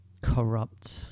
corrupt